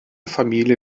familie